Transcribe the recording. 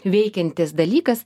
veikiantis dalykas